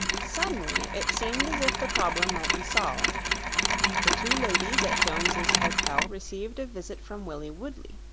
suddenly it seemed as if the problem might be solved the two ladies at jones's hotel received a visit from willie woodley.